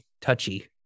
touchy